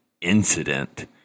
incident